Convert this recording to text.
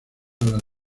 las